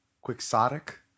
quixotic